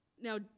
Now